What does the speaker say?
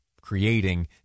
creating